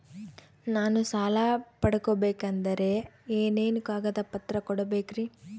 ನಾನು ಸಾಲ ಪಡಕೋಬೇಕಂದರೆ ಏನೇನು ಕಾಗದ ಪತ್ರ ಕೋಡಬೇಕ್ರಿ?